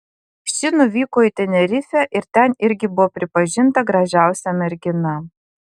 ši nuvyko į tenerifę ir ten irgi buvo pripažinta gražiausia mergina